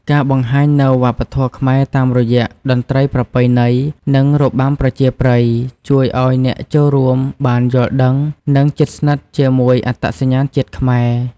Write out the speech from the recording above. ការបង្ហាញនូវវប្បធម៌ខ្មែរតាមរយៈតន្រ្តីប្រពៃណី និងរបាំប្រជាប្រិយជួយឲ្យអ្នកចូលរួមបានយល់ដឹង និងជិតស្និទ្ធជាមួយអត្តសញ្ញាណជាតិខ្មែរ។